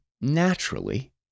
naturally